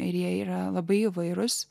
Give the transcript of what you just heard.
ir jie yra labai įvairus